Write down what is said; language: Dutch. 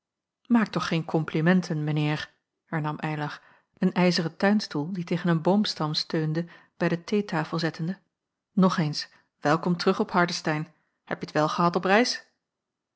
maak toch geen komplimenten mijn heer hernam eylar een ijzeren tuinstoel die tegen een boomstam steunde bij de theetafel zettende nog eens welkom terug op hardestein heb je t wel gehad op reis